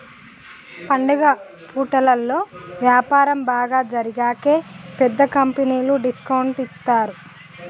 పండుగ పూటలలో వ్యాపారం బాగా జరిగేకి పెద్ద కంపెనీలు డిస్కౌంట్ ఇత్తారు